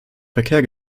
verkehr